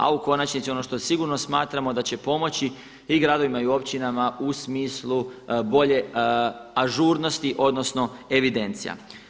A u konačnici ono što sigurno smatramo da će pomoći i gradovima i općinama u smislu bolje ažurnosti, odnosno evidencija.